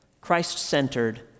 Christ-centered